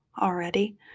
already